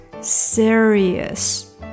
serious